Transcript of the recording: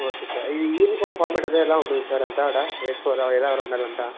okay sir ఇది uniform format అది ఎలా ఉంటుంది సార్ అంతా ఆడ ఎలా ఉండాలి అంతా